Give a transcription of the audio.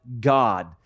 God